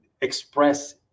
express